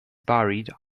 buried